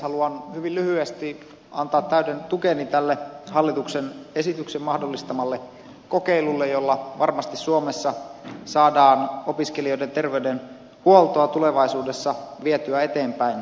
haluan hyvin lyhyesti antaa täyden tukeni tälle hallituksen esityksen mahdollistamalle kokeilulle jolla varmasti suomessa saadaan opiskelijoiden terveydenhuoltoa tulevaisuudessa vietyä eteenpäin